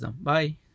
Bye